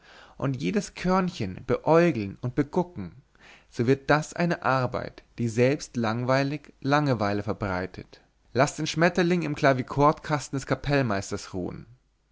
und jedes körnchen beäugeln und bekucken so wird das eine arbeit die selbst langweilig langeweile verbreitet laßt den schmetterling im klavichordkasten des kapellmeisters ruhen